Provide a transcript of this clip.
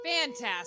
Fantastic